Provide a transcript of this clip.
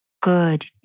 good